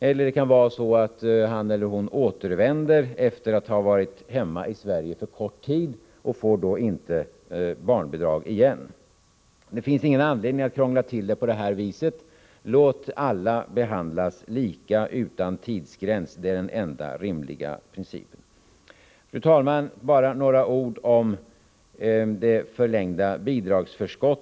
Eller också kanske han eller hon återvänder efter att ha varit hemma i Sverige för kort tid och får då inte barnbidrag igen. Det finns ingen anledning att krångla till det på det här viset. Låt alla behandlas lika utan tidsgräns; det är den enda rimliga = Nr 49 principen: Onsdagen den Fru talman! Bara några ord om det förlängda bidragsförskottet.